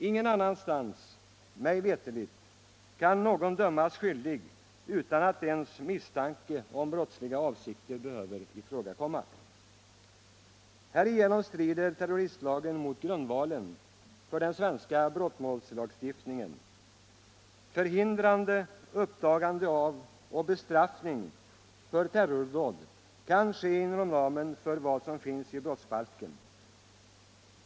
Ingen annanstans, mig veterligt, kan någon dömas skyldig utan att ens misstanke om brottsliga avsikter behöver ifrågakomma. Härigenom strider terroristlagen mot grundvalen för den svenska brottmålslagstiftningen. Förhindrande av, uppdagande av och bestraffning för terrordåd kan ske inom ramen för vad som finnes angivet i brottsbalken.